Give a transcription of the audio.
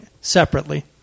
separately